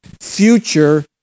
Future